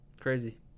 Crazy